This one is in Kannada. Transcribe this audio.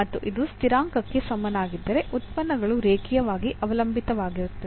ಮತ್ತು ಇದು ಸ್ಥಿರಾಂಕಕ್ಕೆ ಸಮನಾಗಿದ್ದರೆ ಉತ್ಪನ್ನಗಳು ರೇಖೀಯವಾಗಿ ಅವಲಂಬಿತವಾಗಿರುತ್ತದೆ